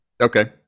Okay